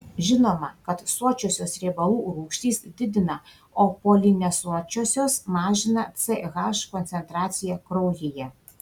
žinoma kad sočiosios riebalų rūgštys didina o polinesočiosios mažina ch koncentraciją kraujyje